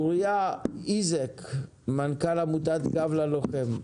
אוריה איזק, מנכ"ל עמותת גב ללוחם.